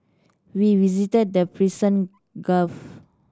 we visited the Persian Gulf